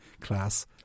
class